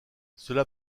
cela